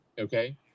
okay